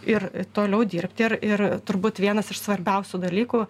ir toliau dirbti ir ir turbūt vienas iš svarbiausių dalykų